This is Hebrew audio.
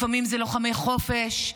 לפעמים זה לוחמי חופש,